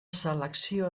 selecció